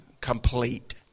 complete